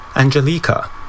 Angelica